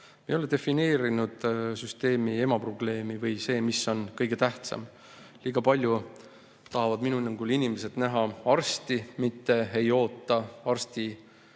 ei ole defineerinud süsteemi emaprobleemi või seda, mis on kõige tähtsam. Liiga palju tahavad minu hinnangul inimesed näha arsti, mitte ei oota arsti